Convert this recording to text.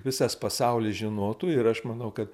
visas pasaulis žinotų ir aš manau kad